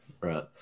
right